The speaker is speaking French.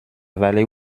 vallée